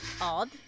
odd